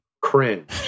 cringe